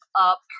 up